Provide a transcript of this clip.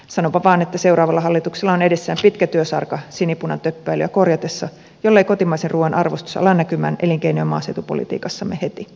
sanonpa vain että seuraavalla hallituksella on edessään pitkä työsarka sinipunan töppäilyjä korjatessa jollei kotimaisen ruuan arvostus ala näkyä elinkeino ja maaseutupolitiikassamme heti